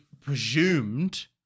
presumed